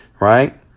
Right